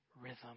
rhythm